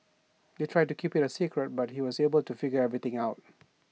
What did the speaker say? they tried to keep IT A secret but he was able to figure everything out